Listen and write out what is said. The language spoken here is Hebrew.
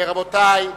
רבותי,